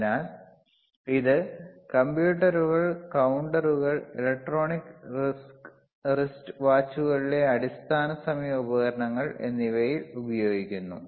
അതിനാൽ ഇത് കമ്പ്യൂട്ടറുകൾ കൌണ്ടറുകൾ ഇലക്ട്രോണിക് റിസ്റ്റ് വാച്ചുകളിലെ അടിസ്ഥാന സമയ ഉപകരണങ്ങൾ എന്നിവയിൽ ഉപയോഗിക്കുന്നു